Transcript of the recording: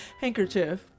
Handkerchief